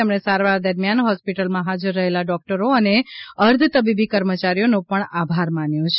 તેમણે સારવાર દરમિયાન હોસ્પિટલમાં હાજર રહેલા ડોકટરો અને અર્ધ તબીબી કર્મચારીઓનો પણ આભાર માન્યો છે